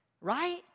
Right